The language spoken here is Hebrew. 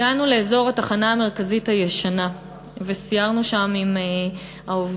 הגענו לאזור התחנה המרכזית הישנה וסיירנו שם עם העובדות